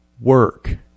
work